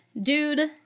dude